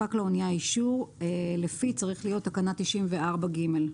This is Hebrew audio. הונפק לאנייה אישור לפי תקנה 94(ג).